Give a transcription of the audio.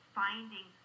finding